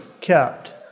kept